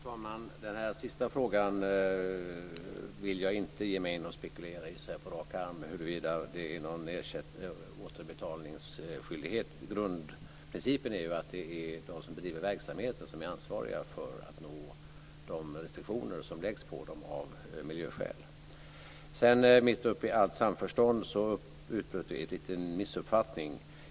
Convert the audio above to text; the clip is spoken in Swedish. Fru talman! Den sista frågan om huruvida det finns någon återbetalningsskyldighet vill jag inte ge mig in och spekulera i så här på rak arm. Grundprincipen är ju att det är de som bedriver verksamheten som är ansvariga för att följa de restriktioner som läggs på dem av miljöskäl. Mitt uppe i allt samförstånd utbröt det en liten missuppfattning.